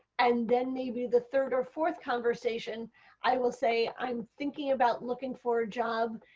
and then maybe the third or fourth conversation i will say, i am thinking about looking for a job,